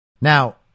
Now